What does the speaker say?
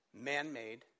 Man-made